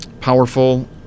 powerful